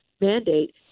mandate